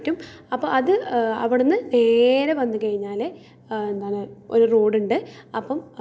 നമ്മളെ ജീവിതത്തിൽ സഹായിക്കുന്ന കുറേ കാര്യങ്ങൾ ഇവർ പറയുകയും ചെയ്യുകയും ഒക്കെ ചെയ്യും ഇതാണ് നമ്മളെ ജീവിതത്തിനെല്ലാം സഹായകരമാണ്